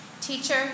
Teacher